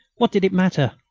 what did it matter?